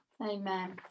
Amen